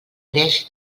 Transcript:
greix